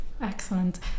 Excellent